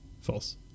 false